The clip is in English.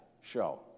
show